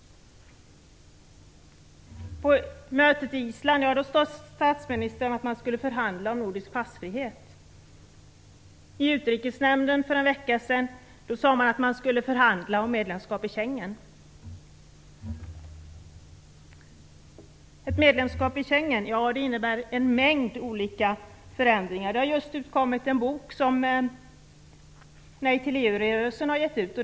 På mötet på Island sade statsministern att man skulle förhandla om nordisk passfrihet. I Utrikesnämnden för en vecka sedan sade man att man skulle förhandla om anslutning till Schengenavtalet. En anslutning till Schengenavtalet innebär en mängd olika förändringar. Det har just utkommit en bok som Nej till EU rörelsen har gett ut.